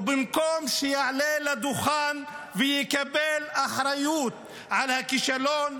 ובמקום שיעלה לדוכן ויקבל אחריות על הכישלון,